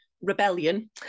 rebellion